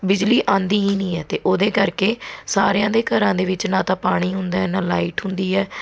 ਬਿਜਲੀ ਆਉਂਦੀ ਹੀ ਨਹੀਂ ਹੈ ਅਤੇ ਉਹਦੇ ਕਰਕੇ ਸਾਰਿਆਂ ਦੇ ਘਰਾਂ ਦੇ ਵਿੱਚ ਨਾ ਤਾਂ ਪਾਣੀ ਹੁੰਦਾ ਹੈ ਨਾ ਲਾਈਟ ਹੁੰਦੀ ਹੈ